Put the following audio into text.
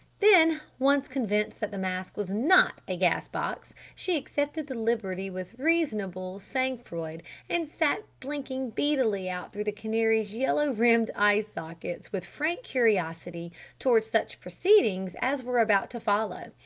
then once convinced that the mask was not a gas-box she accepted the liberty with reasonable sang-froid and sat blinking beadily out through the canary's yellow-rimmed eye-sockets with frank curiosity towards such proceedings as were about to follow.